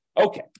Okay